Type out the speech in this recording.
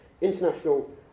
international